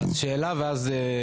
שאלה ואז דבי ביטון.